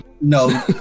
No